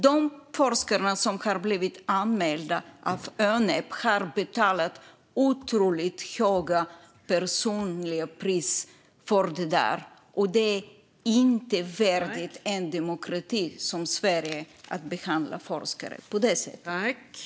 De forskare som har blivit anmälda av Önep har betalat ett otroligt högt personligt pris för det, och det är inte värdigt en demokrati som Sverige att behandla forskare på detta sätt.